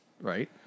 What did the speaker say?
right